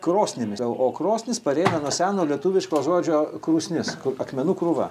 krosnimis o krosnis pareina nuo seno lietuviško žodžio krūsnis akmenų krūva